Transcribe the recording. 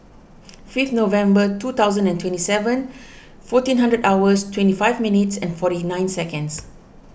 fifth November two thousand and twenty seven fourteen hours twenty five minutes and forty nine seconds